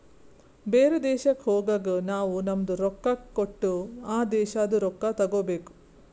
ಬೇರೆ ದೇಶಕ್ ಹೋಗಗ್ ನಾವ್ ನಮ್ದು ರೊಕ್ಕಾ ಕೊಟ್ಟು ಆ ದೇಶಾದು ರೊಕ್ಕಾ ತಗೋಬೇಕ್